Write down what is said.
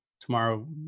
tomorrow